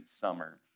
summer